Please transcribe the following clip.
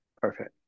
Perfect